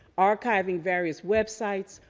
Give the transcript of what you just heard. archiving various websites,